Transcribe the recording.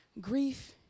grief